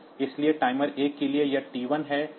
इसलिए टाइमर 1 के लिए यह T1 है टाइमर 0 के लिए यह T0 है